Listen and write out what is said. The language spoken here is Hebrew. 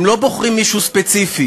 הם לא בוחרים מישהו ספציפי.